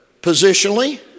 positionally